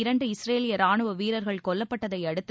இரண்டு இஸ்ரேலிய ராணுவ வீரர்கள் கொல்லப்பட்டதை அடுத்து